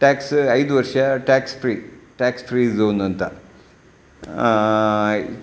tax ಐದು ವರ್ಷ tax free tax free ಝೋನಂತ